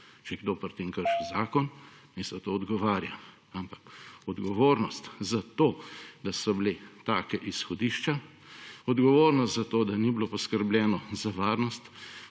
je kdo pri tem kršil zakon, naj za to odgovarja. Ampak odgovornost za to, da so bila taka izhodišča, odgovornost za to, da ni bilo poskrbljeno za varnost